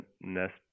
nest